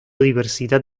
diversidad